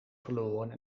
verloren